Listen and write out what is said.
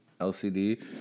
LCD